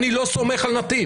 אני לא סומך על נתיב.